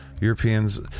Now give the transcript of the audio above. Europeans